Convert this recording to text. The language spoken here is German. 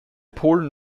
polen